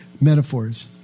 metaphors